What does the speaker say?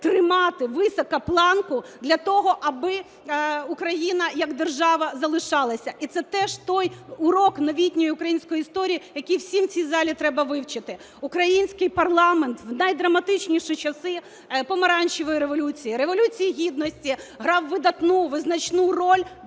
тримати високо планку для того, аби Україна як держава залишалася. І це теж той урок новітньої української історії, який всім в цій залі треба вивчити. Український парламент в найдраматичніші часи Помаранчевої Революції, Революції Гідності грав видатну, визначну роль для